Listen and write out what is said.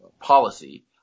policy